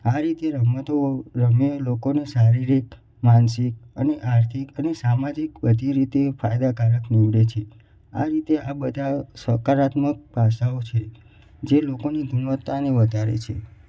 આ રીતે રમતો રમવી લોકોને શારીરિક માનસિક અને આર્થિક અને સામાજિક બધી રીતે ફાયદાકારક નીવડે છે આ રીતે આ બધા સકારાત્મક પાસાઓ છે જે લોકોની ગુણવત્તાને વધારે છે